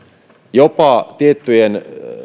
jopa tiettyjen